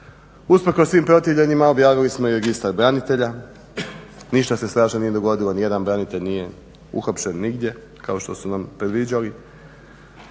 Usprkos svim protivljenjima objavili smo i registar branitelja, ništa se strašno nije dogodilo, niti jedan branitelj nije uhapšen nigdje, kao što su nam predviđali.